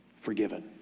Forgiven